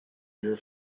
your